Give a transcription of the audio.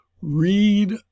Read